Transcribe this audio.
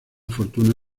fortuna